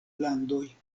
landoj